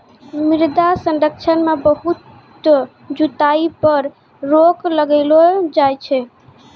मृदा संरक्षण मे बहुत जुताई पर रोक लगैलो जाय छै